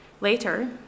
Later